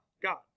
God